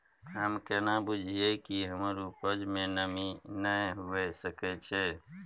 हम केना बुझीये कि हमर उपज में नमी नय हुए सके छै?